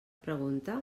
pregunta